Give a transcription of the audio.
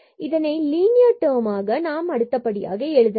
இதனை linear term ஆக அடுத்தபடியாக நாம் எழுதலாம்